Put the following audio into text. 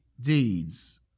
deeds